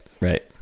right